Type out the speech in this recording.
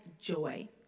joy